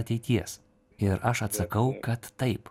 ateities ir aš atsakau kad taip